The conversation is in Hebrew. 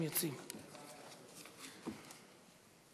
(תיקון מס'